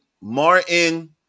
Martin